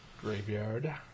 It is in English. Graveyard